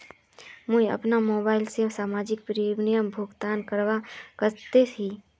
मुई अपना मोबाईल से मासिक प्रीमियमेर भुगतान करवा सकोहो ही?